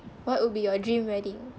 what would be your dream wedding